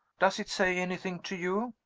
does it say anything to you?